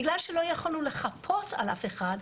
בגלל שלא יכולנו לחפות על אף אחד,